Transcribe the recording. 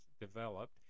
developed